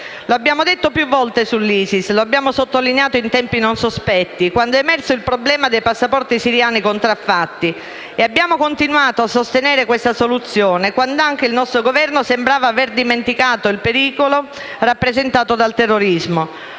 Lo abbiamo detto più volte sull'ISIS, lo abbiamo sottolineato in tempi non sospetti, quando è emerso il problema dei passaporti siriani contraffatti e abbiamo continuato a sostenere questa soluzione, quand'anche il nostro Governo sembrava aver dimenticato il pericolo rappresentato dal terrorismo,